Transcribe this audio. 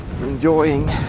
enjoying